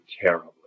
terribly